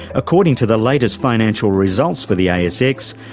according to the latest financial results for the asx,